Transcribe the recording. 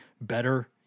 better –